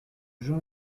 jean